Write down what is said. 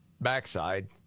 backside